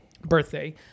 birthday